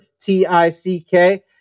T-I-C-K